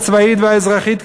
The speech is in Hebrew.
הצבאית והאזרחית,